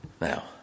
Now